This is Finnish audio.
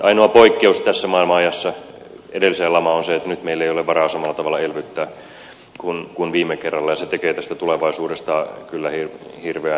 ainoa poikkeus tässä maailmanajassa edelliseen lamaan on se että nyt meillä ei ole varaa samalla tavalla elvyttää kuin viime kerralla ja se tekee tästä tulevaisuudesta kyllä hirveän epävarman